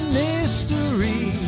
mystery